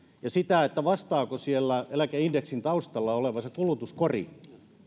ja sitä vastaako siellä eläkeindeksin taustalla oleva kulutuskori